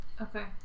okay